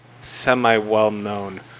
semi-well-known